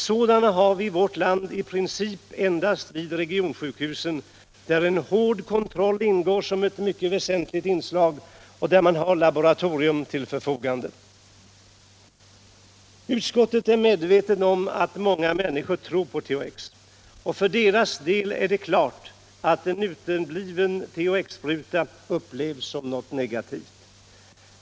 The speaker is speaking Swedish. Sådan har vi i vårt land i princip endast vid regionsjukhusen där en hård kontroll ingår som ett mycket väsentligt inslag och där man har laboratorium till förfogande. Utskottet är medvetet om att många människor tror på THX. Och för deras del är det klart att en utebliven THX-spruta upplevs mycket negativt.